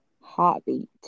Heartbeat